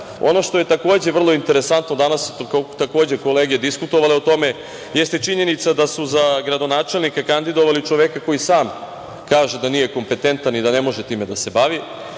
što je vrlo interesantno, danas su kolege diskutovale o tome, jeste činjenica da su za gradonačelnika kandidovali čoveka koji sam kaže da nije kompetentan i da ne može time da se bavi.